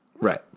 Right